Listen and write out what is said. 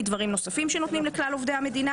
דברים נוספים שנותנים לכלל עובדי המדינה.